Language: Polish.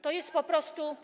To jest po prostu